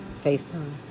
FaceTime